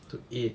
to eat